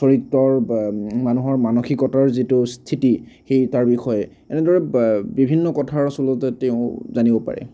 চৰিত্ৰৰ মানুহৰ মানসিকতাৰ যিটো স্থিতি সেই তাৰ বিষয়ে এনেদৰে বিভিন্ন কথা আচলতে তেওঁ জানিব পাৰে